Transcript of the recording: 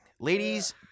Ladies